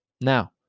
Now